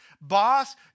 boss